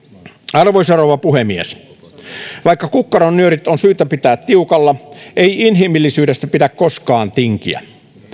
arvoisa rouva puhemies vaikka kukkaron nyörit on syytä pitää tiukalla ei inhimillisyydestä pidä koskaan tinkiä